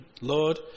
Lord